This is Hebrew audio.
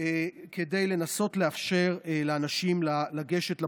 כדי לנסות לאפשר לאנשים לגשת לבחינה.